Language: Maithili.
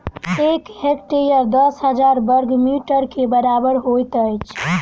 एक हेक्टेयर दस हजार बर्ग मीटर के बराबर होइत अछि